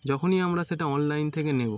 যখনই আমরা সেটা অনলাইন থেকে নেবো